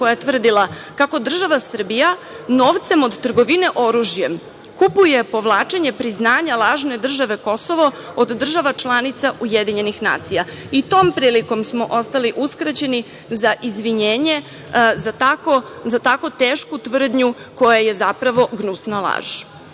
koja je tvrdila kako država Srbija novcem od trgovine oružjem kupuje povlačenje priznanja lažne države Kosovo od država članica UN. Tom prilikom smo ostali uskraćeni za izvinjenje za tako tešku tvrdnju koja je zapravo gnusna